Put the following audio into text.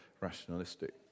rationalistic